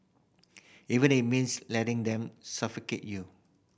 even it means letting them suffocate you